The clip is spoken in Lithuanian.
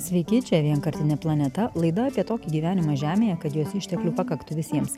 sveiki čia vienkartinė planeta laida apie tokį gyvenimą žemėje kad jos išteklių pakaktų visiems